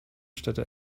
städte